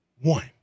One